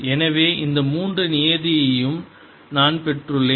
எனவே இந்த மூன்று நியதியையும் நான் பெற்றுள்ளேன்